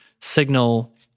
signal